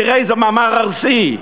תראה איזה מאמר ארסי.